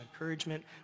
encouragement